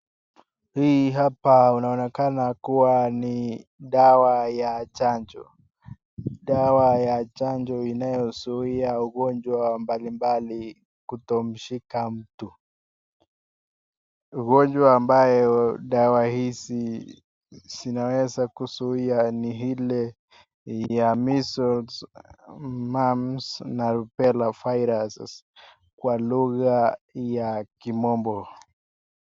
Hii hapa inaonekana kuwa ni dawa ya chanjo, dawa ya chanjo inayozuia ugonjwa mbalimbali kutomshika mtu, ugonjwa ambayo dawa hizi zinaweza kuzuia ni ile ya measles mumps na rubela virus kwa lugha ya kimombo.